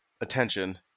attention